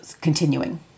Continuing